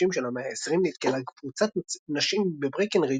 של המאה ה-20 נתקלה קבוצת נשים בברקנרידג'